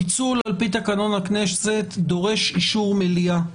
הפיצול, על פי תקנון הכנסת, דורש אישור מליאה.